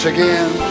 again